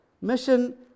Mission